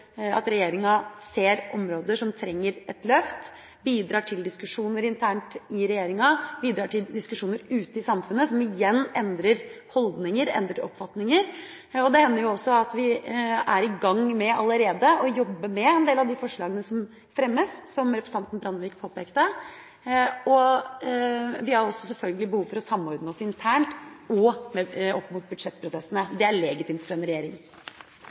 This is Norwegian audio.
at regjeringa ser områder som trenger et løft, bidrar til diskusjoner internt i regjeringa og bidrar til diskusjoner ute i samfunnet, som igjen endrer holdninger og oppfatninger. Det hender også at vi allerede er i gang med og jobber med forslag som fremmes – som representanten Brandvik påpekte. Vi har selvfølgelig også behov for å samordne oss internt – også inn mot budsjettprosessene. Det er legitimt for en regjering.